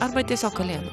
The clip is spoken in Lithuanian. arba tiesiog kalėdų